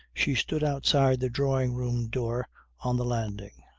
she stood outside the drawing-room door on the landing,